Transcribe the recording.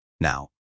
now